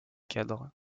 cadres